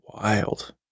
wild